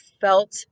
felt